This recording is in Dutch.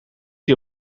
die